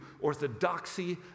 orthodoxy